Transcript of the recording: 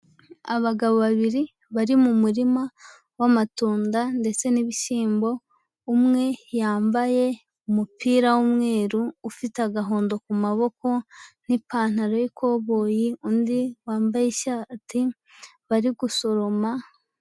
Abagabo babiri bari mu murima w'amatunda ndetse n'ibishyimbo, umwe yambaye umupira w'umweru ufite agahondo ku maboko n'ipantaro y'ikoboyi, undi wambaye ishati bari gusoroma...